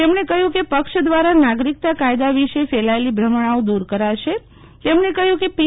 તેમણે કહ્યું કે પક્ષ દ્વારા નાગરીકતા કાયદા વિશે ફેલાયેલી ભૂમણાઓ દૂર કરાશે તેમણે કહ્યું કે પી